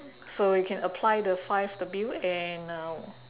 so you can apply the five W and uh